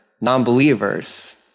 non-believers